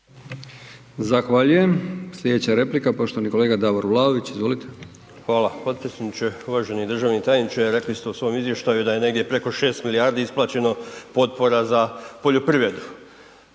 Zahvaljujem. Slijedeća replika poštovani kolega Davor Vlaović, izvolite. **Vlaović, Davor (HSS)** Hvala potpredsjedniče. Uvaženi državni tajniče, rekli ste u svom izvještaju da je negdje preko 6 milijardi isplaćeno potpora za poljoprivredu.